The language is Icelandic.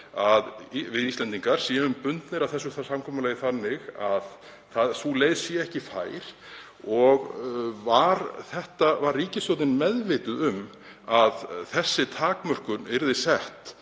við Íslendingar séum bundnir af þessu samkomulagi þannig að sú leið sé ekki fær? Var ríkisstjórnin meðvituð um að þessi takmörkun yrði sett